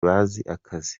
akazi